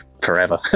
forever